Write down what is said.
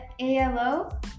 ALO